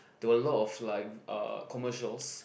there were a lot of like uh commercials